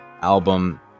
album